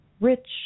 rich